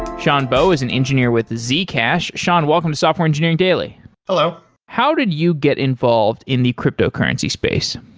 sean bowe is an engineer with zcash. sean welcome to software engineering daily hello how did you get involved in the cryptocurrency space?